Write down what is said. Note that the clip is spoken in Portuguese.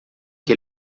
que